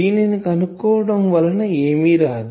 దీనిని కనుక్కోవటం వలన ఏమి రాదు